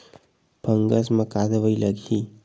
Fungus म का दवाई लगी?